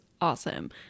awesome